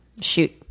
shoot